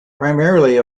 primarily